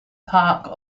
park